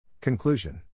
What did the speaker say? Conclusion